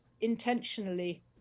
intentionally